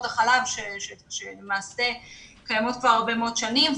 החלב שלמעשה קיימות כבר הרבה מאוד שנים.